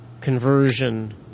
conversion